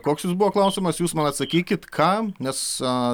koks jūsų buvo klausimas jūs man atsakykit kam nes